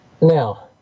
Now